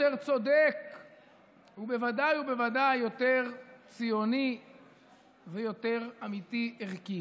יותר צודק וודאי ובוודאי יותר ציוני ויותר אמיתי-ערכי.